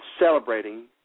celebrating